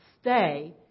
stay